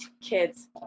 kids